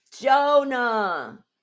jonah